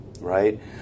right